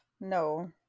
no